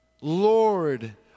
Lord